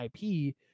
IP